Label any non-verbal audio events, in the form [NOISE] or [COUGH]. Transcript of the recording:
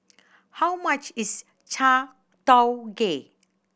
how much is [UNINTELLIGIBLE]